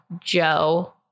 Joe